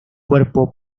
cuerpo